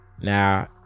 Now